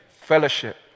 Fellowship